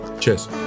Cheers